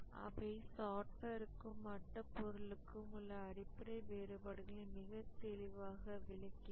அவை சாப்ட்வேர்க்கும் மற்ற பொருட்களுக்கும் உள்ள அடிப்படை வேறுபாடுகளை மிகத் தெளிவாக விளக்கியது